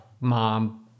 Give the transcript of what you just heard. mom